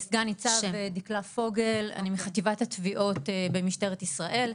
אני מחטיבת התביעות במשטרת ישראל.